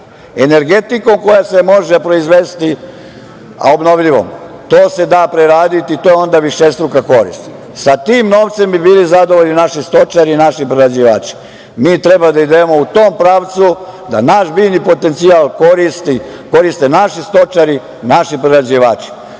evra. Energetikom koja se može proizvesti, a obnovljivom, to se da preraditi i to je onda višestruka korist. Sa tim novcem bi bili zadovoljni naši stočari i naši prerađivači. Mi treba da idemo u tom pravcu, da naš biljni potencijal koriste naši stočari, naši prerađivači.